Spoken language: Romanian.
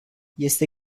este